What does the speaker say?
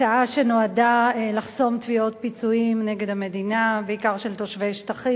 הצעה שנועדה לחסום תביעות פיצויים נגד המדינה בעיקר של תושבי שטחים.